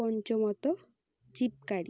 পঞ্চমত jeep গাড়ি